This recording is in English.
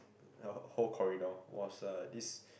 the whole corridor was uh this